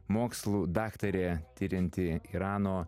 mokslų daktarė tirianti irano